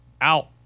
out